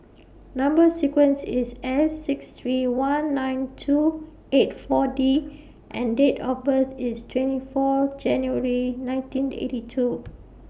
Number sequence IS S six three one nine two eight four D and Date of birth IS twenty four January nineteen eighty two